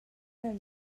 han